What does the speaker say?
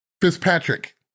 Fitzpatrick